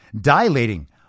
dilating